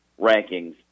rankings